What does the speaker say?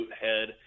head